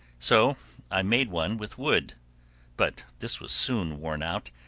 so i made one with wood but this was soon worn out,